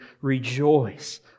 rejoice